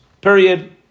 Period